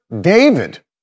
David